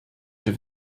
czy